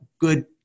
good